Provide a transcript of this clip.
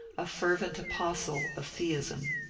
a fervent apostle of theism.